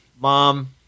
mom